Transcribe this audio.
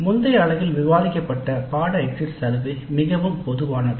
முந்தைய அலகில் விவாதிக்கப்பட்ட பாடநெறி எக்ஸிட் சர்வே மிகவும் பொதுவானது